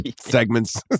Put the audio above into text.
segments